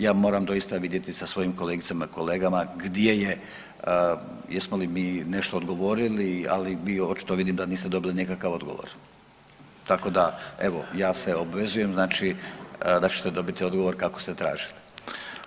Ja moram doista vidjeti sa svojim kolegicama i kolegama gdje je jesmo li mi nešto odgovorili, ali vi očito vidim da niste dobili nikakav odgovor tako da evo ja se obvezujem da ćete dobiti odgovor kako ste tražili.